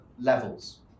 levels